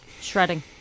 Shredding